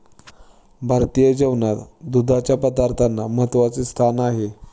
भारतीय जेवणात दुधाच्या पदार्थांना महत्त्वाचे स्थान आहे